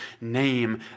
name